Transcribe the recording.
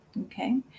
Okay